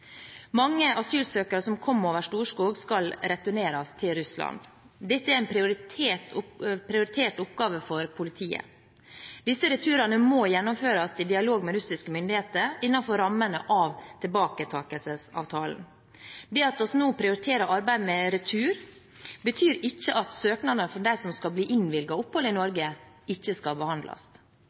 Mange asylsøkere som kom over Storskog, skal returneres til Russland. Dette er en prioritert oppgave for politiet. Disse returene må gjennomføres i dialog med russiske myndigheter innenfor rammene av tilbaketakelsesavtalen. Det at vi nå prioriterer arbeidet med retur, betyr ikke at søknadene fra dem som kan bli innvilget opphold i Norge, ikke skal behandles.